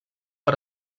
per